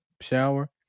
shower